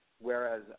whereas